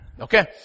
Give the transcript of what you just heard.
Okay